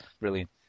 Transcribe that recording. Brilliant